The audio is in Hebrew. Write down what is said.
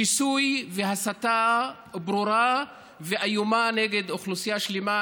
שיסוי והסתה ברורה ואיומה נגד אוכלוסייה שלמה,